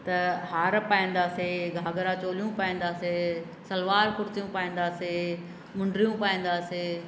त हार पाईंदासीं घाघरा चोलियूं पाईंदासीं सलवार कुर्तियू पाईंदासीं मुंडरियूं पाईंदासीं